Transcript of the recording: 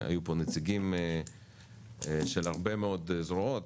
היו פה נציגים של הרבה מאוד זרועות,